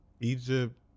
Egypt